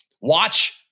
watch